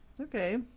Okay